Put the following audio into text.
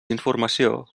informació